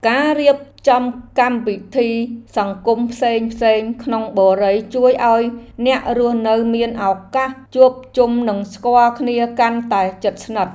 ការរៀបចំកម្មវិធីសង្គមផ្សេងៗក្នុងបុរីជួយឱ្យអ្នករស់នៅមានឱកាសជួបជុំនិងស្គាល់គ្នាកាន់តែជិតស្និទ្ធ។